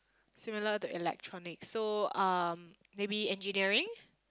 similar to electronics so um maybe engineering